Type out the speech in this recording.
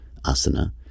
asana